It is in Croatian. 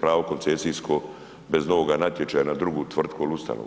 pravo koncesijsko bez novoga natječaja na drugu tvrtku ili ustanovu.